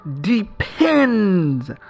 depends